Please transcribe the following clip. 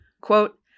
quote